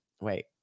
wait